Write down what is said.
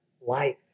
life